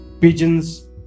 pigeons